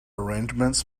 arrangements